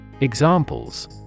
Examples